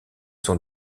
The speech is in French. sont